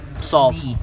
Salt